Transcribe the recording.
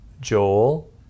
Joel